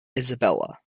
isabella